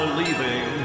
leaving